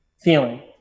feeling